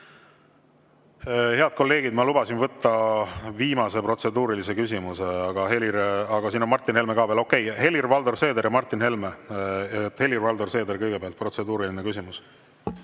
Head kolleegid, ma lubasin võtta viimase protseduurilise küsimuse, aga Helir … Siin on Martin Helme ka veel. Okei, Helir-Valdor Seeder ja Martin Helme. Helir-Valdor Seeder kõigepealt, protseduuriline küsimus.